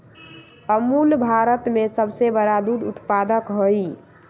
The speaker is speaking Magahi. अमूल भारत में सबसे बड़ा दूध उत्पादक हई